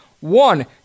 One